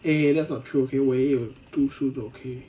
eh that's not true okay 我也有读书的 okay